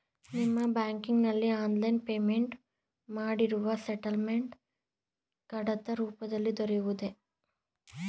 ನಿಮ್ಮ ಬ್ಯಾಂಕಿನಲ್ಲಿ online payment ಮಾಡಿರುವ ಸ್ಟೇಟ್ಮೆಂಟ್ ಕಡತ ರೂಪದಲ್ಲಿ ದೊರೆಯುವುದೇ?